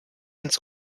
ins